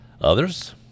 Others